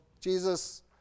Jesus